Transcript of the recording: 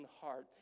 heart